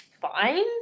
fine